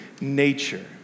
nature